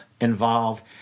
involved